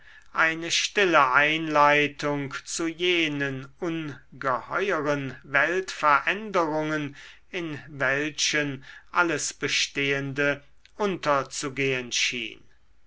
eine stille einleitung zu jenen ungeheueren weltveränderungen in welchen alles bestehende unterzugehen schien